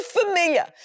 familiar